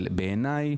בעיניי,